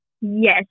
Yes